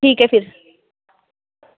ठीक ऐ फिर